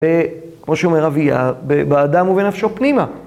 וכמו שאומר אביה, ב... באדם ובנפשו פנימה.